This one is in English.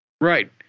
Right